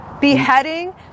Beheading